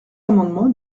amendement